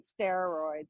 steroids